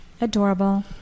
Adorable